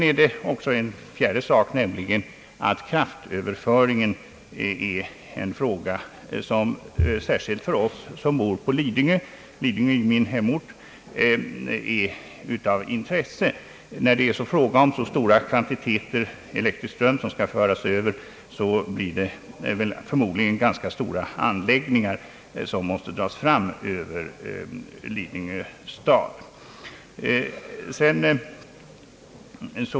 Även kraftöverföringen är av intresse, särskilt för oss som bor på Lidingö. När så stora kvantiteter elektrisk ström skall överföras, måste förmodligen stora kraftledningar dras fram över Lidingö stad.